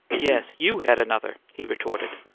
yes, you had another! he retorted,